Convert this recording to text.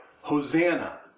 Hosanna